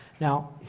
Now